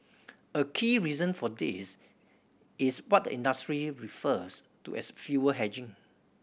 a key reason for this is what the industry refers to as fuel hedging